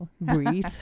breathe